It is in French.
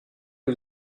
que